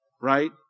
right